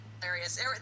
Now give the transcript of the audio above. hilarious